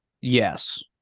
Yes